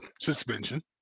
suspension